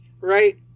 right